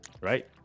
right